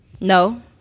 No